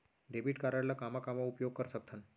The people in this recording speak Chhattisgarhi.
डेबिट कारड ला कामा कामा उपयोग कर सकथन?